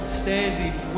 standing